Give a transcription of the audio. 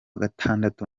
gatandatu